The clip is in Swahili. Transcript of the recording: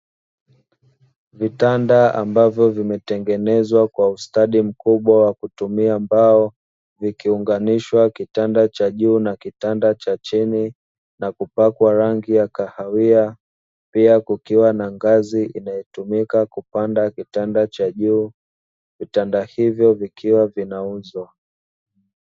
Vitanda ambavyo vimetengenezwa kwa ustadi mkubwa wa kutumia mbao, vikiunganishwa kitanda cha juu na kitanda cha chini, na kupakwa rangi ya kahawia. Pia kukiwa na ngazi inayotumika kupanda kitanda cha juu; vitanda hivyo vikiwa vinauzwa.